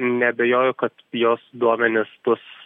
neabejoju kad jos duomenys bus